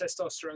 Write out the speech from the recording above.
testosterone